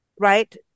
right